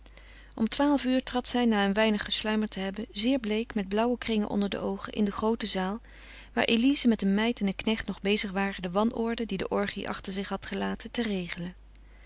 om twaalf uur trad zij na een weinig gesluimerd te hebben zeer bleek met blauwe kringen onder de oogen in de groote zaal waar elize met een meid en een knecht nog bezig waren de wanorde die de orgie achter zich had gelaten te regelen